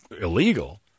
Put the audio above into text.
Illegal